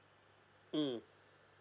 mm